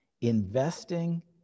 investing